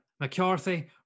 McCarthy